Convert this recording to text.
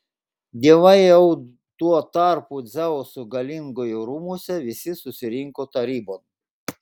dievai jau tuo tarpu dzeuso galingojo rūmuose visi susirinko tarybon